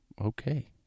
okay